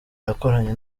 yakoranye